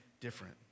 different